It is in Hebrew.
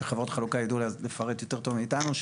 שחברות החלוקה ידעו לפרט יותר טוב מאתנו,